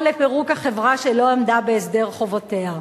לפירוק החברה שלא עמדה בהסדר חובותיה.